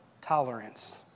tolerance